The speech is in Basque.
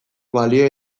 balio